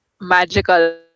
magical